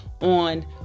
on